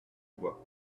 bois